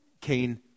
Cain